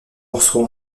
morceaux